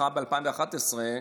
מחאה ב-2011,